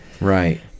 Right